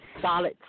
solid